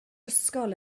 ysgol